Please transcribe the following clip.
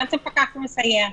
מה זה פקח מסייע?